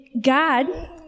God